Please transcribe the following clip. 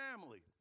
family